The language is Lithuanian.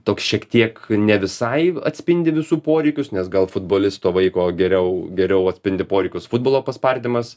toks šiek tiek ne visai atspindi visų poreikius nes gal futbolisto vaiko geriau geriau atspindi poreikius futbolo paspardymas